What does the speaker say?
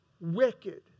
wicked